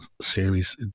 series